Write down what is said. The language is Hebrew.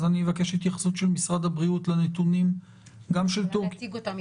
התייחסות של משרד הבריאות לנתונים --- אני יכולה להציג אותם.